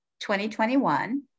2021